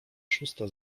szósta